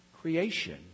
Creation